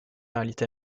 réalité